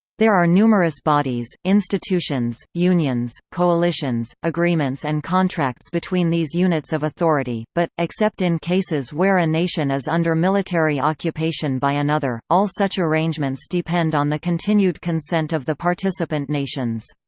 there are numerous bodies, institutions, institutions, unions, coalitions, agreements and contracts between these units of authority, but, except in cases where a nation is under military occupation by another, all such arrangements depend on the continued consent of the participant nations.